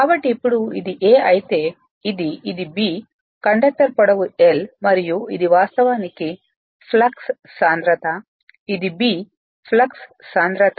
కాబట్టి ఇప్పుడు ఇది A అయితే ఇది ఇది B కండక్టర్ పొడవు l మరియు ఇది వాస్తవానికి ఫ్లక్స్ సాంద్రత ఇది B ఫ్లక్స్ సాంద్రత